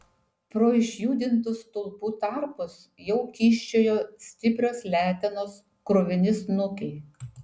pro išjudintų stulpų tarpus jau kyščiojo stiprios letenos kruvini snukiai